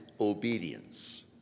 obedience